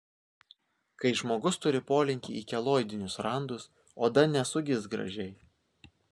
kai žmogus turi polinkį į keloidinius randus oda nesugis gražiai